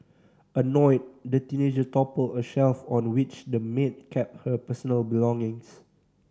annoyed the teenager toppled a shelf on which the maid kept her personal belongings